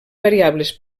variables